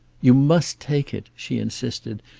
you must take it, she insisted.